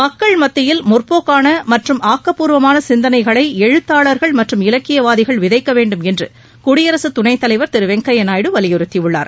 மக்கள் மத்தியில் முற்போக்கான மற்றும் ஆக்ப்பூர்வமான சிந்தனைகளை எழுத்தாளர்கள் மற்றும் இலக்கியவாதிகள் விதைக்க வேண்டும் என்று குடியரசு துணைத் தலைவர் திரு வெங்கையா நாயுடு வலியுறுத்தியுள்ளார்